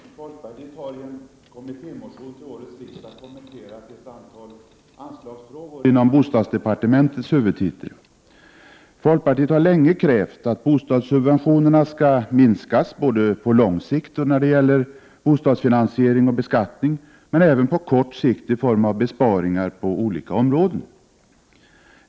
Herr talman! Folkpartiet har i en kommittémotion till årets riksdag kommenterat ett antal anslagsfrågor inom bostadsdepartementets huvudtitel. Folkpartiet har länge krävt att bostadssubventionerna skall minskas både på lång sikt när det gäller bostadsfinansiering och beskattning och även på kort sikt i form av besparingar på olika områden.